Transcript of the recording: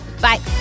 Bye